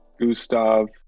Gustav